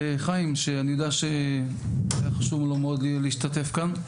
לחיים שאני יודע שחשוב היה לו מאוד להשתתף כאן.